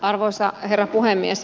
arvoisa herra puhemies